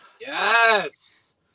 yes